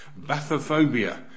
bathophobia